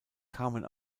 kamen